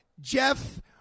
Jeff